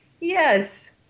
Yes